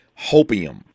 hopium